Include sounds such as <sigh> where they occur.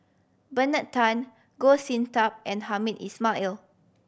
Bernard Tan Goh Sin Tub and Hamed <unintelligible>